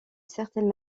certaine